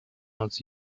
als